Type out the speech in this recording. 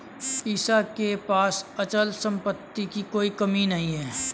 ईशा के पास अचल संपत्ति की कोई कमी नहीं है